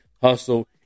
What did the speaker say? hustle